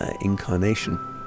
incarnation